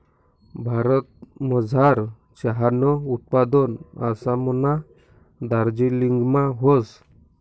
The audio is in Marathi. भारतमझार चहानं उत्पादन आसामना दार्जिलिंगमा व्हस